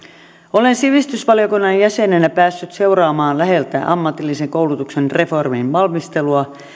olen sivistysvaliokunnan jäsenenä päässyt seuraamaan läheltä ammatillisen koulutuksen reformin valmistelua